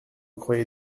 croyez